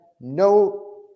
no